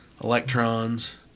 electrons